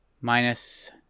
minus